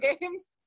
games